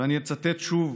ואני אצטט שוב